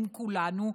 עם כולנו,